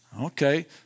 Okay